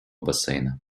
бассейна